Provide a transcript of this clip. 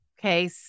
Okay